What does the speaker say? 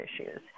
issues